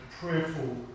prayerful